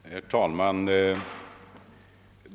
Herr talman!